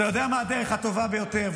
אתה יודע מה הדרך הטובה ביותר,